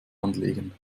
anlegen